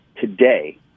today